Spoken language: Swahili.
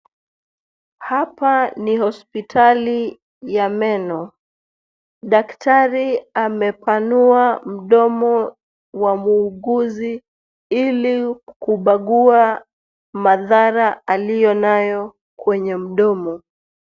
Hapa ni hospitali ya meno. Daktari amepanua mdomo wa muuguzi ili kubagua madhari aliyonayo kwenye mdomo.